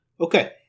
Okay